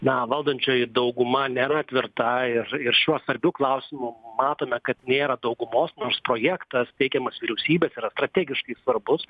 na valdančioji dauguma nėra tvirta ir ir šiuo svarbiu klausimu matome kad nėra daugumos nors projektas teikiamas vyriausybės yra strategiškai svarbus